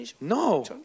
No